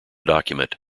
document